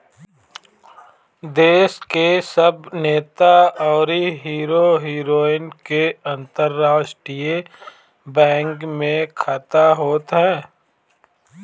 देस के सब नेता अउरी हीरो हीरोइन के अंतरराष्ट्रीय बैंक में खाता होत हअ